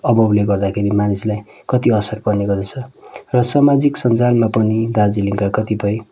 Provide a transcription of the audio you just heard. अभावले गर्दाखेरि मानिसलाई कति असर पर्ने गर्दछ र सामाजिक सन्जालमा पनि दार्जिलिङका कतिपय